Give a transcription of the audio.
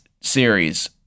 series